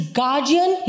guardian